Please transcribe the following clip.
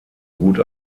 gut